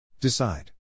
Decide